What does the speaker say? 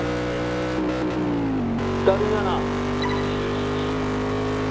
कदूं जाना